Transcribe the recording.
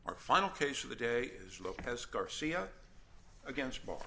our final case of the day is lopez garcia against b